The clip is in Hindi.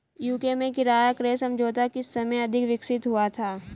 यू.के में किराया क्रय समझौता किस समय अधिक विकसित हुआ था?